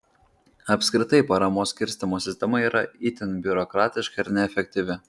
apskritai paramos skirstymo sistema yra itin biurokratiška ir neefektyvi